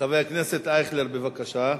חבר הכנסת ישראל אייכלר, בבקשה.